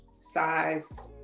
size